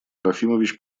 трофимович